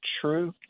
true